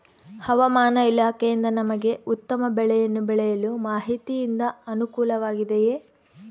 ಹವಮಾನ ಇಲಾಖೆಯಿಂದ ನಮಗೆ ಉತ್ತಮ ಬೆಳೆಯನ್ನು ಬೆಳೆಯಲು ಮಾಹಿತಿಯಿಂದ ಅನುಕೂಲವಾಗಿದೆಯೆ?